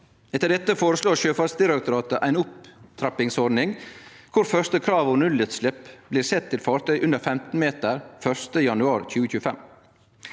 Etter dette føreslår Sjøfartsdirektoratet ei opptrappingsordning, der første kravet om nullutslepp blir sett til fartøy under 15 meter 1. januar 2025.